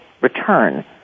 return